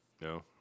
No